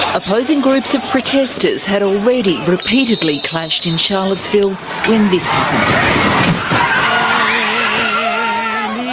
opposing groups of protesters had already repeatedly clashed in charlottesville when this ah um